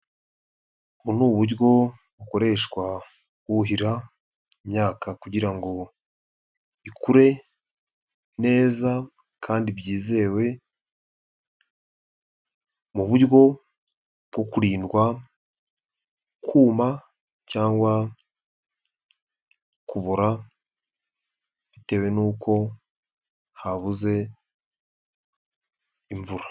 Ubu ni uburyo bukoreshwa buhira imyaka kugira ngo ikure neza kandi byizewe mu buryo bwo kurindwa kuma cyangwa kubora bitewe n'uko habuze imvura.